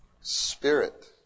Spirit